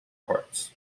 parts